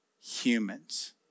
humans